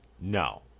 No